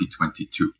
2022